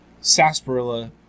sarsaparilla